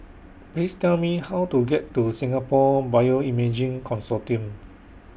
Please Tell Me How to get to Singapore Bioimaging Consortium